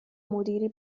مدیری